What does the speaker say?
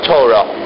Torah